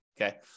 Okay